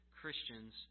Christians